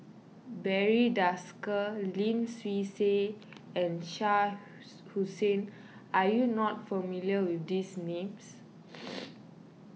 Barry Desker Lim Swee Say and Shah Hussain are you not familiar with these names